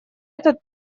этот